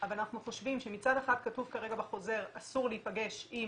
אבל אנחנו חושבים שמצד אחד כתוב כרגע בחוזר שאסור להיפגש עם,